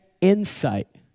insight